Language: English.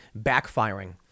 backfiring